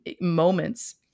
moments